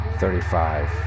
thirty-five